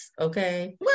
Okay